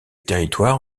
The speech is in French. territoire